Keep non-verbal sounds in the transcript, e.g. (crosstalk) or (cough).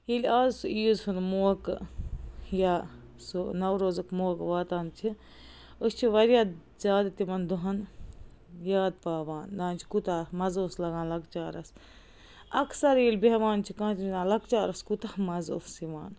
ییٚلہِ آز سُہ عیٖز ہُنٛد موقعہٕ یا سُہ نَو روزُک موقعہٕ واتان چھِ أسۍ چھِ واریاہ زیادٕ تِمن دۄہن یاد پاوان دَپان چھِ کوٗتاہ مَزٕ اوس لَگان لۄکچارس اکثر ییٚلہِ بیٚہوان چھِ (unintelligible) لۄکچارس کوٗتاہ مَزٕ اوس یِوان